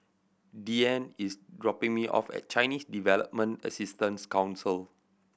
Deeann is dropping me off at Chinese Development Assistance Council